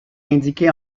indiqué